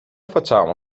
facciamo